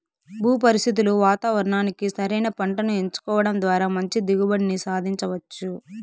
భూ పరిస్థితులు వాతావరణానికి సరైన పంటను ఎంచుకోవడం ద్వారా మంచి దిగుబడిని సాధించవచ్చు